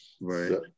Right